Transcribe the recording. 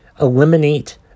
eliminate